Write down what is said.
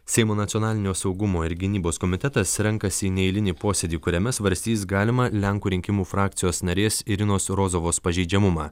seimo nacionalinio saugumo ir gynybos komitetas renkasi į neeilinį posėdį kuriame svarstys galimą lenkų rinkimų frakcijos narės irinos rozovos pažeidžiamumą